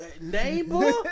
neighbor